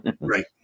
right